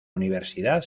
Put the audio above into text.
universidad